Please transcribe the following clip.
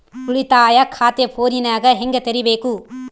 ಉಳಿತಾಯ ಖಾತೆ ಫೋನಿನಾಗ ಹೆಂಗ ತೆರಿಬೇಕು?